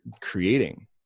creating